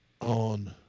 on